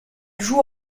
joue